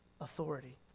authority